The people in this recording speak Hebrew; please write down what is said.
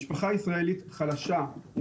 משפחה ישראלית חלשה,